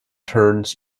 turns